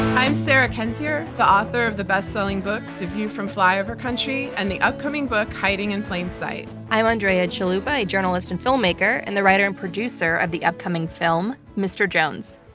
i'm sarah kendzior, the author of the bestselling book the view from flyover country and the upcoming book hiding in plain sight. i'm andrea chalupa, a journalist and filmmaker and the writer and producer of the upcoming film mr. jones.